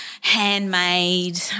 handmade